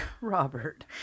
Robert